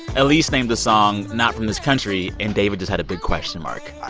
elise named a song not from this country, and david just had a big question mark,